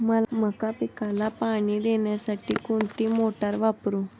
मका पिकाला पाणी देण्यासाठी कोणती मोटार वापरू?